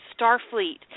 Starfleet